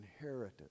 inheritance